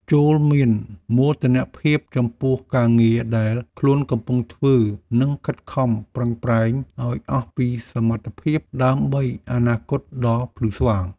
ចូរមានមោទនភាពចំពោះការងារដែលខ្លួនកំពុងធ្វើ និងខិតខំប្រឹងប្រែងឱ្យអស់ពីសមត្ថភាពដើម្បីអនាគតដ៏ភ្លឺស្វាង។